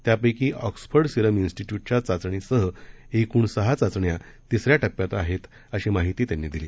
त्यापैकी Oxford serum इन्स्टिट्युटच्या चाचणीसह एकृण सहा चाचण्या तिस या टप्प्यात आहेत अशी माहिती त्यांनी दिली